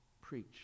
preach